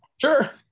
sure